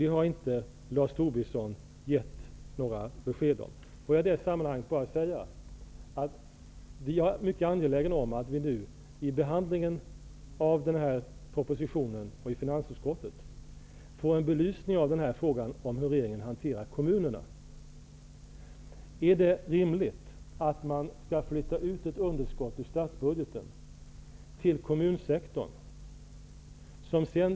Det har inte Lars Tobisson gett några besked om. I det sammanhanget vill jag också säga att jag är mycket angelägen om att vi i behandlingen av propositionen och i finansutskottet skall få en belysning av frågan om hur regeringen hanterar kommunerna. Är det rimligt att man skall flytta över ett underskott i statsbudgeten till kommunsektorn?